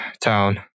town